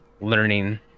learning